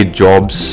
jobs